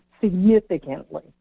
significantly